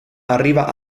arriva